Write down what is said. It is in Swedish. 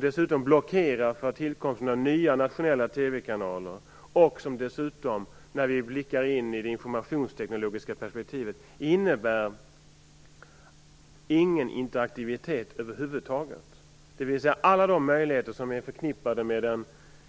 Det blockerar tillkomsten av nya nationella TV-kanaler och innebär dessutom, när vi blickar in i det informationstekniska perspektivet, ingen interaktivitet över huvud taget. Ingen av de möjligheter som är förknippade med den